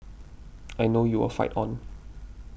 I know you will fight on